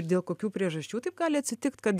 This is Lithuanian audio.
dėl kokių priežasčių taip gali atsitikt kad